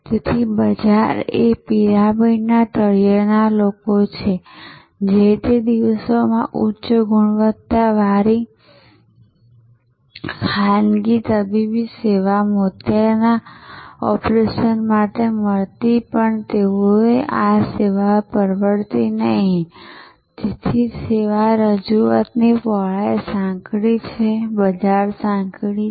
તેથી બજાર એ પિરામિડના તળિયેના લોકો છે જે તે દિવસો માં ઉચ્ચ ગુણવત્તા વારી ખાનગી તબીબ સેવા જે મોતિયા ના ઓપરેશન માટે મળતી પણ તેઓ ને આ સેવા પરવડતી નહીં તેથી તે સેવા રજૂઆતની પહોળાઈ સાંકડી છે બજાર સાંકડી છે